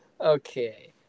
Okay